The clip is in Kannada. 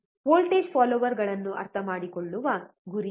ವೋಲ್ಟೇಜ್ ಫಾಲ್ಲೋರ್ಗಳನ್ನು ಅರ್ಥಮಾಡಿಕೊಳ್ಳುವ ಗುರಿ ಅದು